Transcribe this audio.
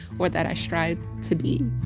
or that i strive to be.